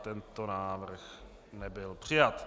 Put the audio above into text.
Tento návrh nebyl přijat.